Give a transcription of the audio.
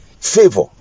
Favor